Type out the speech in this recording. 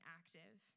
active